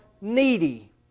needy